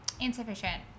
insufficient